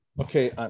Okay